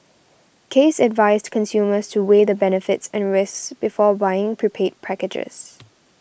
case advised consumers to weigh the benefits and risks before buying prepaid packages